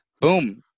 Boom